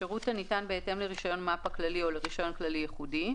(1)שירות הניתן בהתאם לרישיון מפ"א כללי או לרישיון כללי ייחודי,